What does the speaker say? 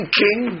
king